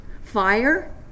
fire